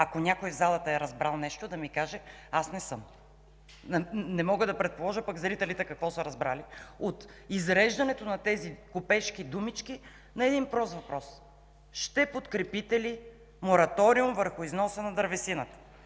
Ако някой в залата е разбрал нещо, да каже, аз не съм! Не мога да предположа пък зрителите какво са разбрали от изреждането на тези купешки думички на един прост въпрос: ще подкрепите ли мораториум върху износа на дървесина?